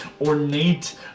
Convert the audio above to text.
ornate